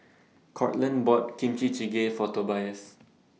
Courtland bought Kimchi Jjigae For Tobias